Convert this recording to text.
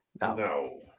No